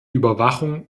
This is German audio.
überwachung